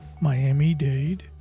Miami-Dade